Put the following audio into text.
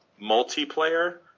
Multiplayer